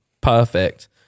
perfect